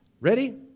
ready